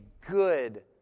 good